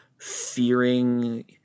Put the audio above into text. fearing